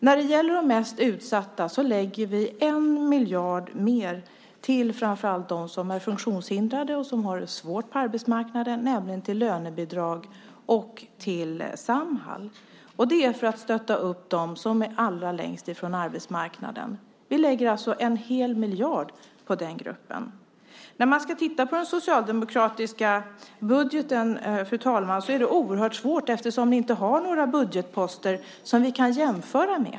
När det gäller de mest utsatta lägger vi 1 miljard mer på framför allt dem som är funktionshindrade och som har det svårt på arbetsmarknaden, nämligen till lönebidrag och till Samhall. Det är för att stödja dem som befinner sig allra längst från arbetsmarknaden. Vi lägger alltså en hel miljard på den gruppen. Det är oerhört svårt att titta på den socialdemokratiska budgeten eftersom ni inte har några budgetposter som vi kan jämföra med.